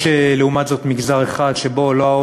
יש לעומת זאת מגזר אחד שבו לא פוגעים,